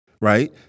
right